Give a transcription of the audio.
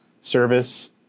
Service